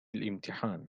الإمتحان